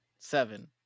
Seven